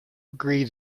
agree